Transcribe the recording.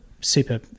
super